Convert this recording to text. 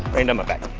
rained on my back